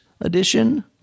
edition